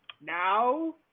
Now